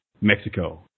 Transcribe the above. Mexico